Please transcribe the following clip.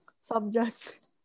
subject